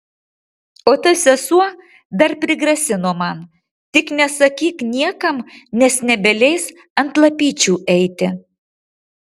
o ta sesuo dar prigrasino man tik nesakyk niekam nes nebeleis ant lapyčių eiti